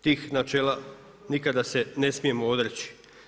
Tih načela nikada se ne smijemo odreći.